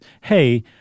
hey